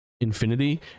Infinity